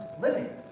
living